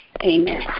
Amen